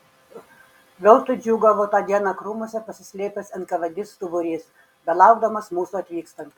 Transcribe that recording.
veltui džiūgavo tą dieną krūmuose pasislėpęs enkavėdistų būrys belaukdamas mūsų atvykstant